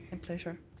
and pleasure.